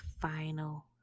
final